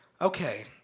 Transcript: Okay